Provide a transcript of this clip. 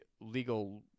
legal